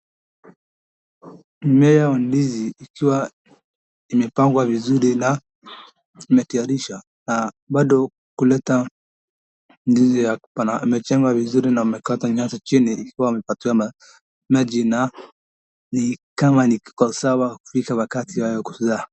Mmea wa ndizi ikiwa imepangwa vizuri na imetayarishwa na bado kuleta ndizi yake maana imechongwa vizuri na amekatwa nyasi chini ikiwa imepatiwa maji na ni kama iko sawa ikifika wakati wake wa kuzaa.